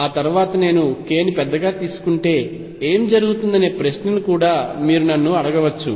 ఆ తర్వాత నేను k ని పెద్దగా తీసుకుంటే ఏమి జరుగుతుందనే ప్రశ్నను కూడా మీరు నన్ను అడగవచ్చు